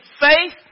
faith